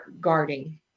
guarding